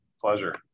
Pleasure